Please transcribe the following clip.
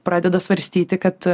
pradeda svarstyti kad